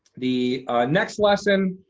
the next lesson,